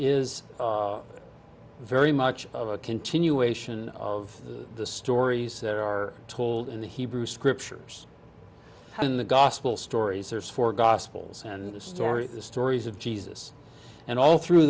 is very much of a continuation of the stories there are told in the hebrew scriptures in the gospel stories there's four gospels and the story is the stories of jesus and all through